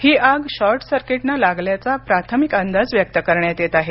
ही आग शॉर्ट सर्किटने लागल्याचा प्राथमिक अंदाज व्यक्त करण्यात येत आहे